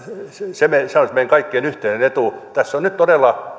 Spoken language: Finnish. se olisi meidän kaikkien yhteinen etumme tässä meidän taloudessamme on nyt todella